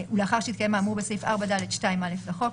ולאחר שהתקיים האמור בסעיף 4(ד)(2)(א) לחוק,